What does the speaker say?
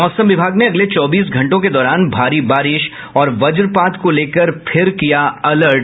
मौसम विभाग ने अगले चौबीस घंटों के दौरान भारी बारिश और वजपात को लेकर फिर किया अलर्ट